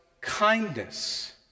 kindness